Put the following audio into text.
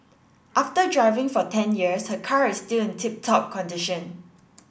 after driving for ten years her car is still in tip top condition